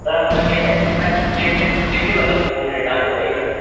sir अब मैं कैसे मैं कैसे कैसे बता सकता हूँ मैं डेट आप बताइए ना सर